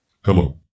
Hello